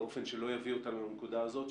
באופן שלא יביא אותנו לנקודה הזאת,